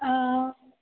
आं